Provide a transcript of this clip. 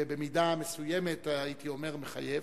ובמידה מסוימת, הייתי אומר, מחייב,